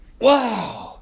wow